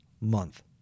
Month